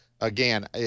again